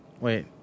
wait